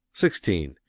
sixteen.